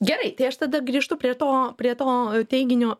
gerai tai aš tada grįžtu prie to prie to teiginio